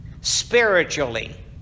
spiritually